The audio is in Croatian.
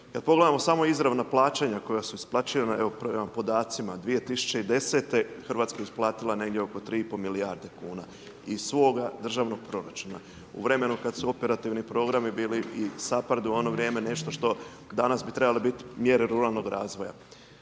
Kad pogledamo samo izravna plaćanja koja su isplaćivana, evo prema podacima 2010., Hrvatska je isplatila negdje oko 3,5 milijarde kuna iz svoga državnog proračuna u vremenu kad su operativni programi bili i .../Govornik se ne razumije./... u ono vrijeme nešto što danas bi trebale biti mjere ruralnog razvoja.